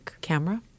camera